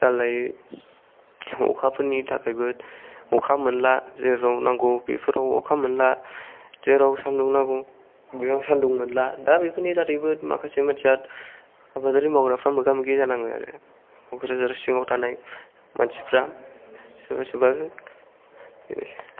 जारलायै अखाफोरनि थाखायबो अखा मोनला जेराव नांगौ बेफोराव अखा मोनला जेराव सानदुं नांगौ बेयाव सानदुं मोनला दा बेफोरनि दारैबो माखासे मानथिया आबादारि मावग्राफ्रा मोगा मोगि जानाङो आरो क'क्राझार सिङाव थानाय मानसिफ्रा सोरबा सोरबा बेनोसै